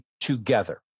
together